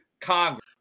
Congress